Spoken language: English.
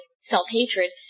self-hatred